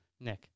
Nick